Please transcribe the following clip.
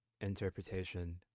interpretation